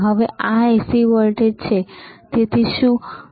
હવે આ AC voltage શું છે